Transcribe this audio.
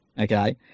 okay